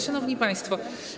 Szanowni Państwo!